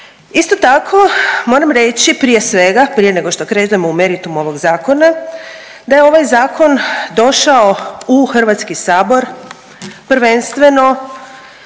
Isto tako moram reći prije svega, prije nego što krenemo u meritum ovog zakona da je ovaj zakon došao u Hrvatski sabor prvenstveno